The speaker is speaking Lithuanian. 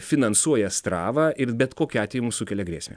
finansuoja astravą ir bet kokiu atveju mum sukelia grėsmę